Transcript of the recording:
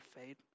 fade